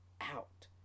out